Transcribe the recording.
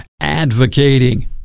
advocating